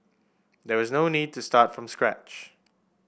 there was no need to start from scratch